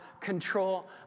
control